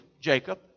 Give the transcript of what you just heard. Jacob